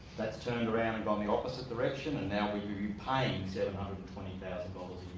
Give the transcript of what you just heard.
that's turned around and gone the opposite direction, and now we will be paying seven hundred and twenty thousand dollars